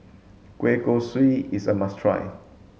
Kueh Kosui is a must try